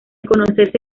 conocerse